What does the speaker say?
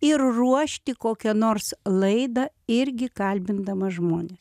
ir ruošti kokią nors laidą irgi kalbindama žmones